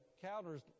counters